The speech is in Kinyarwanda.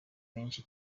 menshi